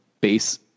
base